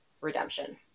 redemption